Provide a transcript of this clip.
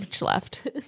left